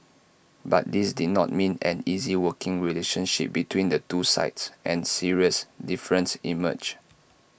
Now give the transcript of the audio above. but this did not mean an easy working relationship between the two sides and serious differences emerged